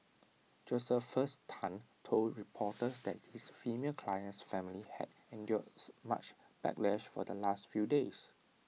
Josephus Tan told reporters that his female client's family had endured much backlash for the last few days